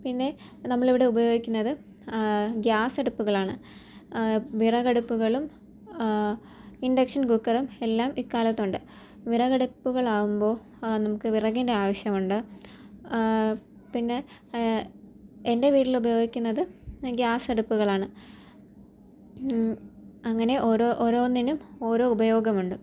പിന്നെ നമ്മളിവിടെ ഉപയോഗിക്കുന്നത് ഗ്യാസടുപ്പുകളാണ് വിറകടുപ്പുകളും ഇൻഡക്ഷൻ കുക്കറും എല്ലാം ഇക്കാലത്തുണ്ട് വിറകടുപ്പുകളാവുമ്പോള് നമുക്ക് വിറകിൻ്റെ ആവശ്യമുണ്ട് പിന്നെ എൻ്റെ വീട്ടിലുപയോഗിക്കുന്നത് ഗ്യാസടുപ്പുകളാണ് അങ്ങനെ ഓരോന്നിനും ഓരോ ഉപയോഗമുണ്ട്